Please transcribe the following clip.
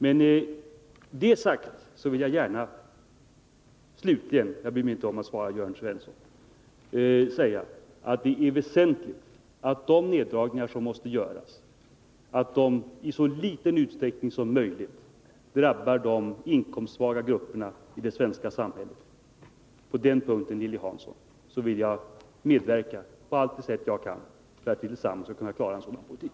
Efter detta — jag bryr mig inte om att svara Jörn Svensson — vill jag slutligen gärna säga att det är väsentligt att de neddragningar som måste göras drabbar de inkomstsvaga grupperna i det svenska samhället i så liten utsträckning som möjligt. I det avseendet, Lilly Hansson, vill jag medverka på allt sätt för att vi tillsammans skall kunna klara en sådan politik.